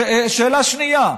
שאלה שנייה: